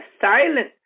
silent